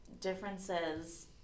differences